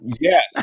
Yes